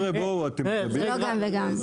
זה לא גם וגם.